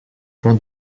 plan